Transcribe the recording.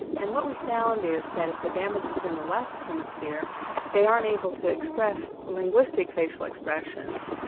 and what we found is that if the damage is in the left hemisphere they aren't able to express linguistic facial expressions,